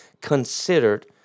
considered